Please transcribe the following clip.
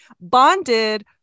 bonded